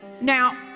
now